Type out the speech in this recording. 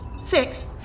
Six